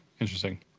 Interesting